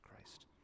Christ